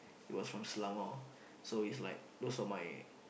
he was from Selangor so is like those were my